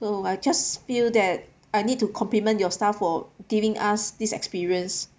so I just feel that I need to compliment your staff for giving us this experience